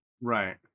right